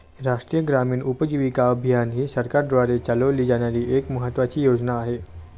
राष्ट्रीय ग्रामीण उपजीविका अभियान ही सरकारद्वारे चालवली जाणारी एक महत्त्वाची योजना आहे